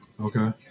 Okay